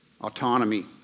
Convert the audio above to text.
autonomy